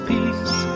Peace